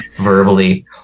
verbally